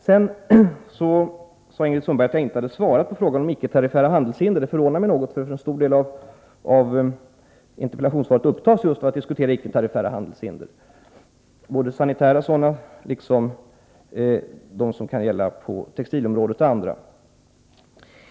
Sedan sade Ingrid Sundberg att jag inte hade svarat på frågan om icke tariffära handelshinder. Det förvånar mig något, eftersom en stor del av interpellationssvaret upptas just av en diskussion om icke tariffära handelshinder, både sanitära och sådana som kan gälla på textilområdet och andra områden.